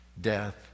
death